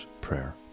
prayer